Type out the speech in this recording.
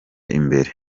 imbere